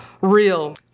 real